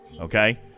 Okay